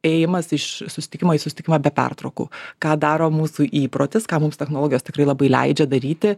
ėjimas iš susitikimo į susitikimą be pertraukų ką daro mūsų įprotis ką mums technologijos tikrai labai leidžia daryti